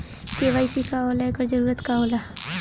KYC का होला एकर जरूरत का होला?